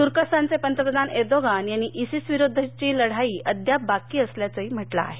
तुर्कस्तानघे पंतप्रधान एर्दोगान यांनी इसिसविरुद्धची लढाई अद्याप बाकी असल्याचं म्हटलं आहे